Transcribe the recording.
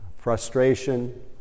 frustration